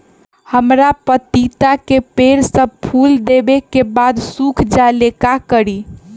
हमरा पतिता के पेड़ सब फुल देबे के बाद सुख जाले का करी?